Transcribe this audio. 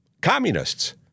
communists